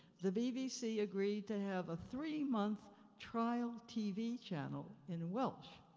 the bbc agreed to have a three-month trial tv channel in welsh.